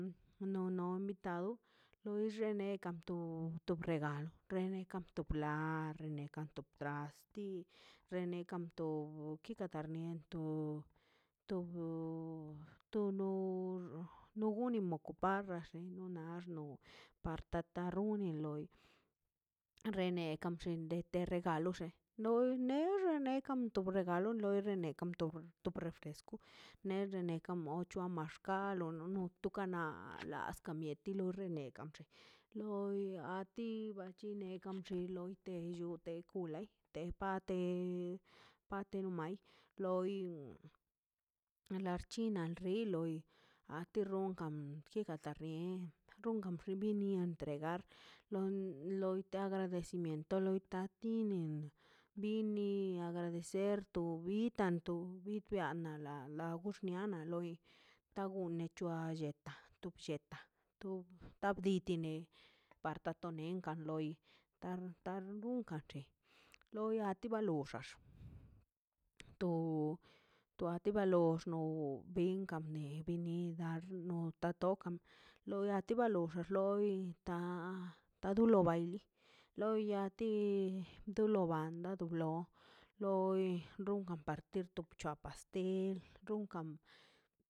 No no invitado loi xekan to regalo na rene kato trasti rene kamto oka karniento o to to nor unikato pada xen na naxno partato nino loi rne kamxinte dete de regalo xe noi xene kamx loi rene kamto refresco ne rene kamoch chua maxkal no no kana las kamieti lo re rene kan blle loi a ti chine kamxo dan llute kun lai te pate pate mai loi arer chinan ri loi a ti ronkan tika kata rien entregar lon loi agradecimiento loi tati nin bini agradecimiento ser tu bi tanto bid nia la labiago xnianaꞌ loi da gone c̱hoa lletaꞌ tublli lletaꞌ dub tabditi ne par dotenenga loi tar tar nunga chei loia anti ba lolla xox to a ti ba lox a lox binga mie bin nir na tokan loi a ti ba lor loi taa tudo ba (hesiatation) li loi a ti do lo bando du lo loi runkan partir top bchua pastel dunkan.